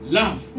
love